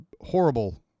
horrible